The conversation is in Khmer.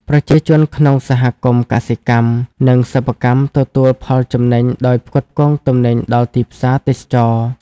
ប្រជាជនក្នុងសហគមន៍កសិកម្ម និងសិប្បកម្មទទួលផលចំណេញដោយផ្គត់ផ្គង់ទំនិញដល់ទីផ្សារទេសចរណ៍។